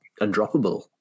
undroppable